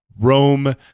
Rome